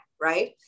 right